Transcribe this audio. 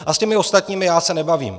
A s těmi ostatními já se nebavím.